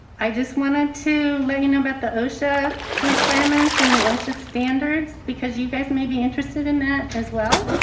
i just wanted to let you know about the osha requirements and the osha standards because you guys may be interested in that as well,